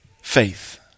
faith